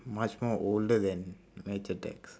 much more older than match attax